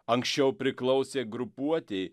anksčiau priklausė grupuotei